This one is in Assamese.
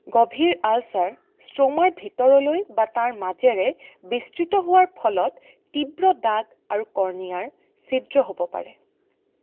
গভীৰ আলচাৰ ষ্ট্ৰ'মাৰ ভিতৰলৈ বা তাৰ মাজেৰে বিস্তৃত হোৱাৰ ফলত তীব্ৰ দাগ আৰু কৰ্ণিয়াৰ ছিদ্ৰ হ'ব পাৰে